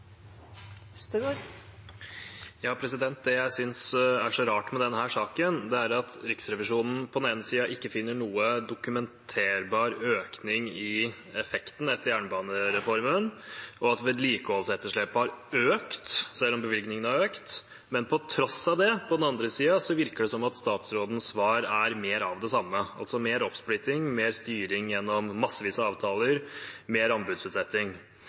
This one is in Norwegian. rart med denne saken, er at Riksrevisjonen på den ene siden ikke finner noen dokumenterbar økning i effekten etter jernbanereformen og at vedlikeholdsetterslepet har økt, selv om bevilgningene har økt. Men på tross av det, på den andre siden, virker det som at statsrådens svar er mer av det samme, altså mer oppsplitting, mer styring gjennom massevis